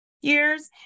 Years